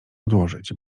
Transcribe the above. odłożyć